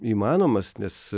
įmanomas nes